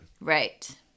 right